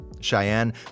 cheyenne